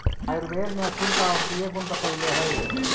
आयुर्वेद में स्कूल का औषधीय गुण बतईले हई